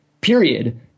period